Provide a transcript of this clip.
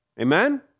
Amen